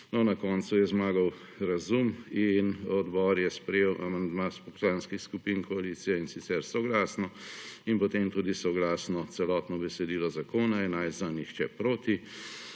na koncu je zmagal razum in odbor je sprejel amandma poslanskih skupin koalicije, in sicer soglasno, in potem tudi soglasno celotno besedilo zakona (11 za, nihče proti).